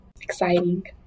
exciting